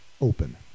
open